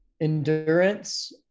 endurance